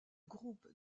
groupe